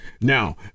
Now